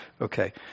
Okay